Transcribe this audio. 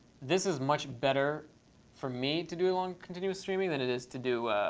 this is much better for me to do long continuous streaming than it is to do